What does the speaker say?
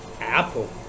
Apple